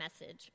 message